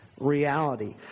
reality